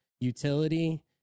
utility